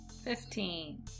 Fifteen